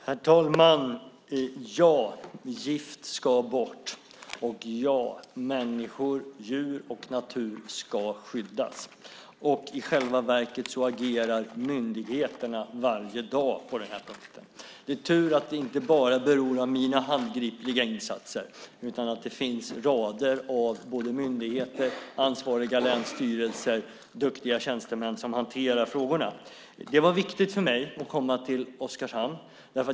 Herr talman! Gift ska bort, och människor, djur och natur ska skyddas. I själva verket agerar myndigheterna varje dag på den här punkten. Det är tur att det inte bara beror av mina handgripliga insatser utan att det finns rader av myndigheter, ansvariga länsstyrelser och duktiga tjänstemän som hanterar frågorna. Det var viktigt för mig att komma till Oskarshamn.